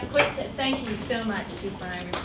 quick to thank you so much, chief ryan.